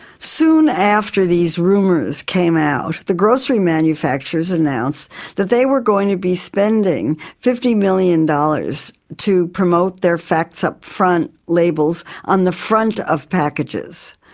soon after these rumours came out, the grocery manufacturers announced that they were going to be spending fifty million dollars to promote their facts up front labels on the front of packages.